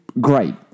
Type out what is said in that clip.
great